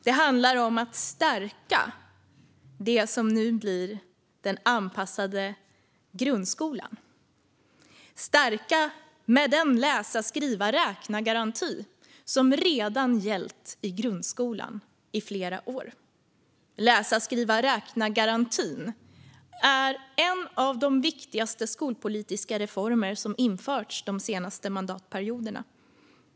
Det handlar om att stärka det som nu blir den anpassade grundskolan med den läsa-skriva-räkna-garanti som redan har gällt i grundskolan i flera år. Läsa-skriva-räkna-garantin är en av de viktigaste skolpolitiska reformer som har införts de senaste mandatperioderna.